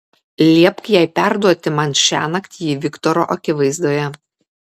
liepk jai perduoti man šiąnakt jį viktoro akivaizdoje